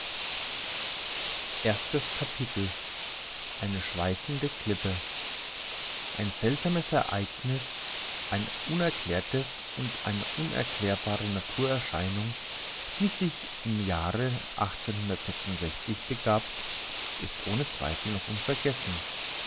eine schweifende klippe ein seltsames ereigniß ein unerklärtes und eine unerklärbare naturerscheinung die sich im jahre begab ist ohne zweifel noch unvergessen